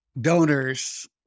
donors